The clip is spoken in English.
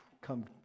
come